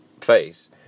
face